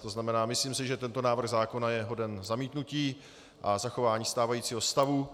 To znamená, myslím si, že tento návrh zákona je hoden zamítnutí a zachování stávajícího stavu.